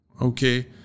Okay